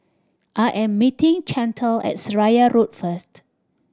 I am meeting Chantel at Seraya Road first